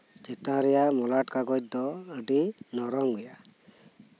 ᱪᱮᱛᱟᱱ ᱨᱮᱭᱟᱜ ᱢᱚᱞᱟᱴ ᱠᱟᱜᱚᱡᱽ ᱫᱚ ᱟᱹᱰᱤ ᱱᱚᱨᱚᱢ ᱜᱮᱭᱟ